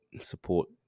support